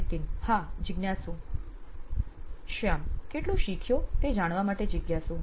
નીતિન હા જિજ્ઞાસુ શ્યામ કેટલું શીખ્યો તે જાણવા માટે જિજ્ઞાસુ